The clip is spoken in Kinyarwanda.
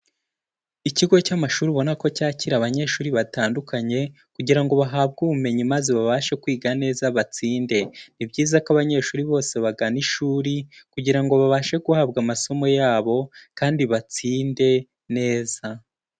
Ikigo cy'amashuri ubona ko cyakira abanyeshuri batandukanye, kugira ngo bahabwe ubumenyi maze babashe kwiga neza batsinde. Ni byiza ko abanyeshuri bose bagana ishuri, kugira ngo babashe guhabwa amasomo yabo kandi batsinde neza.